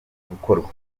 gukorwa